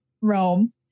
Rome